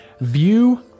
View